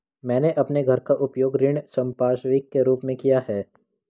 मैंने अपने घर का उपयोग ऋण संपार्श्विक के रूप में किया है